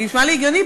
נשמע לי הגיוני,